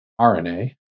RNA